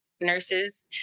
nurses